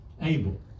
Able